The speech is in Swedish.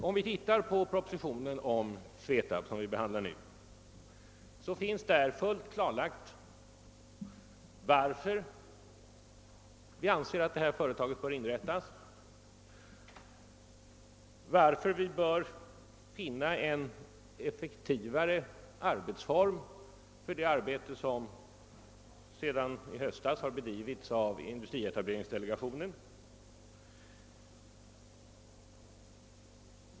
Om vi ser på propositionen rörande SVETAB finner vi att där är fullt klarlagt varför det är angeläget att finna en effektivare form för det arbete som sedan i höstas har bedrivits av industrietableringsdelegationen.